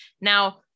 Now